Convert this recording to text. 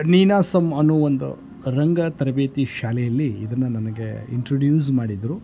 ನೀನಾಸಂ ಅನ್ನೋ ಒಂದು ರಂಗ ತರಬೇತಿ ಶಾಲೆಯಲ್ಲಿ ಇದನ್ನು ನನಗೆ ಇಂಟ್ರುಡ್ಯೂಸ್ ಮಾಡಿದರು